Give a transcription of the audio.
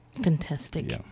Fantastic